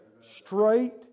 Straight